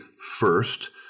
first